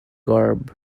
garb